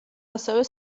ასევე